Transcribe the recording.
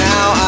Now